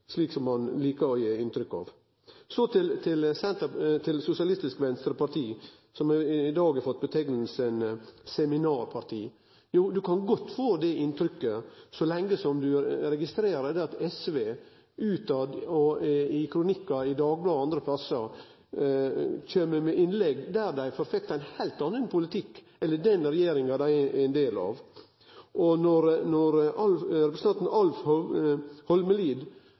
Så til Sosialistisk Venstreparti, som i dag har fått nemninga «seminarparti». Ein kan godt få det inntrykket så lenge ein registrerer at SV i kronikkar i Dagbladet og andre plassar kjem med innlegg der dei forfektar ein heilt annan politikk enn den regjeringa, som dei er del av, står for. Når representanten Alf Egil Holmelid